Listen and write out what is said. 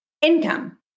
income